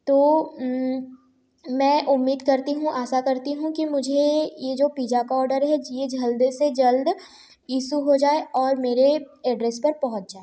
तो मैं उम्मीद करती हूँ आशा करती हूँ कि मुझे ये जो पिज़्ज़ा का ऑर्डर है ये जल्द से जल्द इशु हो जाए और मेरे एड्रेस पहुँच जाए